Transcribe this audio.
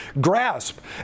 grasp